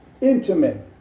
Intimate